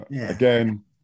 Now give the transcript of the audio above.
Again